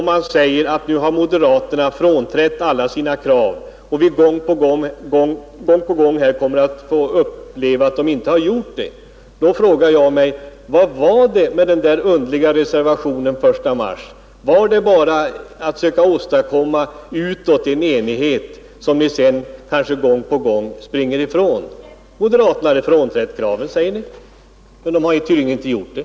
Om man då säger att moderaterna har frånträtt sina krav på restriktivitet men vi gång på gång kommer att få uppleva att de inte gjort det, så frågar jag mig: Vad gällde den där diffusa reservationen den 1 mars? Var den bara avsedd att utåt försöka visa en enighet som man sedan gång på gång springer ifrån? Ni säger att moderaterna hade frånträtt kravet, men det har de tydligen inte gjort.